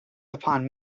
upon